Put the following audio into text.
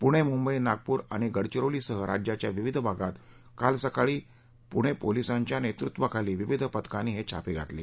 पुणे मुंबई नागपूर आणि गडचिरोलीसह राज्याच्या विविध भागात काल सकाळी पुणे पोलिसांच्या नेतृत्वाखाली विविध पथकांनी हे छापे घातले